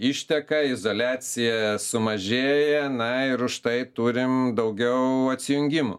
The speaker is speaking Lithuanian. išteka izoliacija sumažėja na ir štai turim daugiau atsijungimų